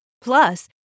Plus